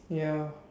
ya